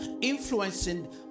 influencing